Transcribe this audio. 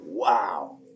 Wow